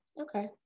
Okay